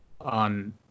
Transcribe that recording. on